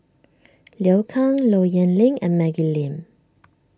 Liu Kang Low Yen Ling and Maggie Lim